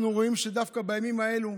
אנחנו רואים שדווקא בימים האלו,